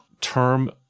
Term